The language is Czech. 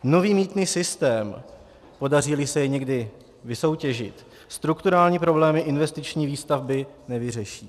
Nový mýtný systém, podaříli se jej někdy vysoutěžit, strukturální problémy investiční výstavby nevyřeší.